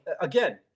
again